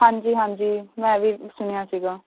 ਹਾਂਜੀ ਹਾਂਜੀ ਮੈਂ ਵੀ ਸੁਣਿਆ ਸੀਗਾ